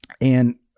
and-